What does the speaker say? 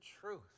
truth